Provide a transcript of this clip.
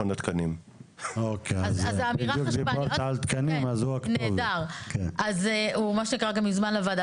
להחיל --- אז הוא אומר שקרא כבר מזמן לוועדה.